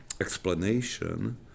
explanation